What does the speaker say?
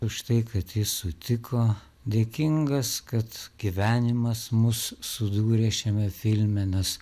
už tai kad jis sutiko dėkingas kad gyvenimas mus sudūrė šiame filme nes